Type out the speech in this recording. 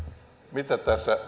mitä tässä